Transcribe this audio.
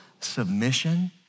submission